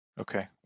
okay